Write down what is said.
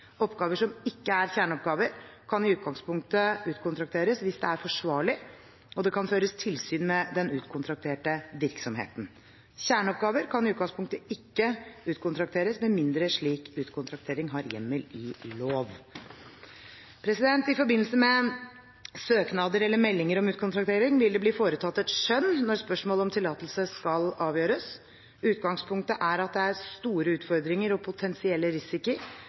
Oppgaver som ikke er kjerneoppgaver, kan i utgangspunktet utkontrakteres hvis det er forsvarlig og det kan føres tilsyn med den utkontrakterte virksomheten. Kjerneoppgaver kan i utgangspunktet ikke utkontrakteres, med mindre slik utkontraktering har hjemmel i lov. I forbindelse med søknader eller meldinger om utkontraktering vil det bli foretatt et skjønn når spørsmålet om tillatelse skal avgjøres. Utgangspunktet er at det er store utfordringer og potensiell risiko